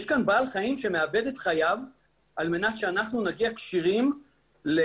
יש כאן בעל חיים שמאבד את חייו על מנת שאנחנו נגיע כשירים למקומות